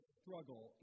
struggle